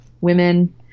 women